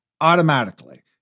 automatically